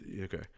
okay